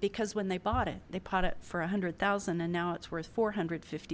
because when they bought it they put it for a hundred thousand and now it's worth four hundred and fifty